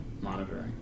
monitoring